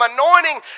anointing